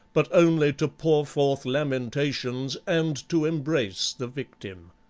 but only to pour forth lamentations and to embrace the victim.